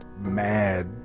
mad